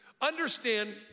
Understand